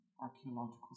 archaeological